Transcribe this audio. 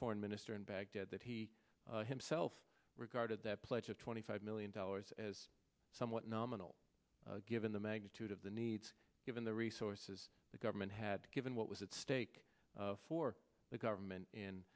foreign minister in baghdad that he himself regarded that pledge of twenty five million dollars as somewhat nominal given the magnitude of the needs given the resources the government had given what was at stake for the government